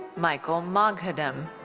michael moghaddam.